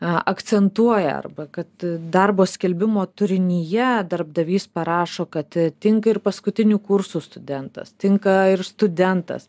akcentuoja arba kad darbo skelbimo turinyje darbdavys parašo kad tinka ir paskutinių kursų studentas tinka ir studentas